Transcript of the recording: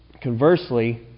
conversely